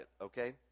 okay